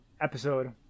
Episode